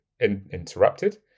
Interrupted